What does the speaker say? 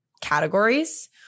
categories